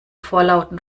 vorlauten